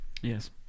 Yes